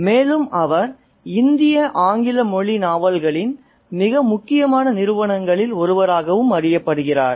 மேலும் அவர் இந்திய ஆங்கில மொழி நாவல்களின் மிக முக்கியமான நிறுவனர்களில் ஒருவராகவும் அறியப்படுகிறார்